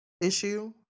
issue